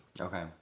Okay